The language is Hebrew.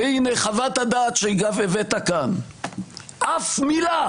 והינה בחוות-הדעת שהבאת כאן אין שום מילה,